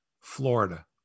Florida